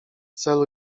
celu